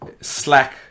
slack